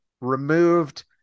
removed